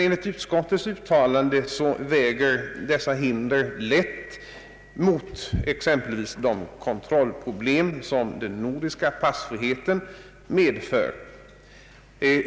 Enligt utskottet väger dessa hinder dock lätt mot exempelvis de kontrollproblem som den nordiska passfriheten medför.